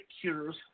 cures